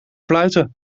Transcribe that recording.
fluiten